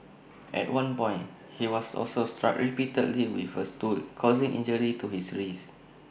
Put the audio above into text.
at one point he was also struck repeatedly with A stool causing injury to his wrist